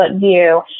view